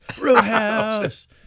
Roadhouse